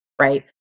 right